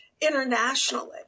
internationally